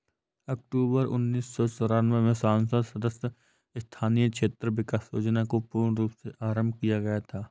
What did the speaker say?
अक्टूबर उन्नीस सौ चौरानवे में संसद सदस्य स्थानीय क्षेत्र विकास योजना को पूर्ण रूप से आरम्भ किया गया था